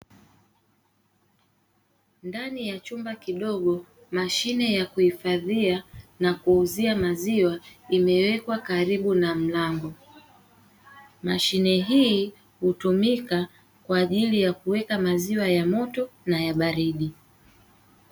Ndani ya chumba kidogo mashine ya kuhifadhia na kuuzia maziwa imewekwa karibu na mlango, mashine hii hutumika kwa ajili ya kuweka maziwa ya moto na ya baridi.